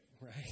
Right